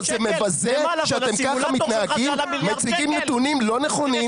זה לא נכון,